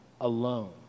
alone